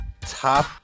top